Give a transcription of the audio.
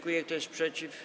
Kto jest przeciw?